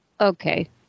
Okay